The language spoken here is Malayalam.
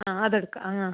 ആ അത് എടുക്കാം വാങ്ങാം